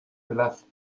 place